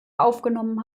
aufgenommen